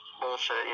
Bullshit